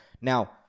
Now